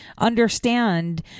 understand